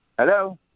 Hello